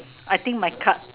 I think my cut